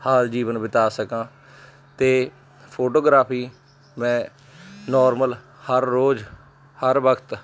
ਹਾਲ ਜੀਵਨ ਬਿਤਾ ਸਕਾਂ ਅਤੇ ਫੋਟੋਗ੍ਰਾਫੀ ਮੈਂ ਨੋਰਮਲ ਹਰ ਰੋਜ਼ ਹਰ ਵਕਤ